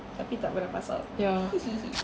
tapi tak pernah pass out